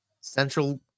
Central